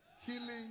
healing